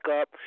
up